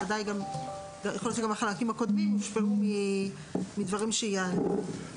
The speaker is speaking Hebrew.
יכול להיות שגם החלקים הקודמים יושפעו מדברים שיעלו.